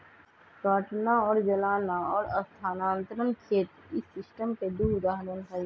काटना और जलाना और स्थानांतरण खेत इस सिस्टम के दु उदाहरण हई